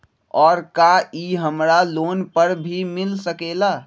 और का इ हमरा लोन पर भी मिल सकेला?